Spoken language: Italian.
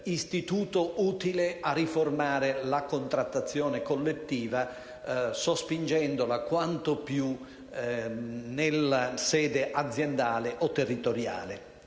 istituto utile a riformare la contrattazione collettiva, sospingendola quanto più nella sede aziendale o territoriale.